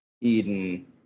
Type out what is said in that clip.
Eden